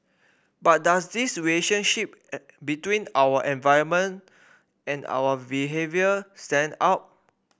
but does this relationship between our environment and our behaviour stand out